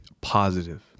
Positive